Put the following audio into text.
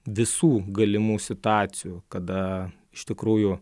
visų galimų situacijų kada iš tikrųjų